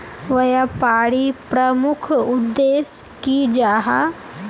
व्यापारी प्रमुख उद्देश्य की जाहा?